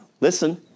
listen